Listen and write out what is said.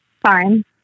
Fine